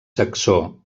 saxó